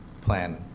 plan